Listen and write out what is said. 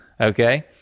okay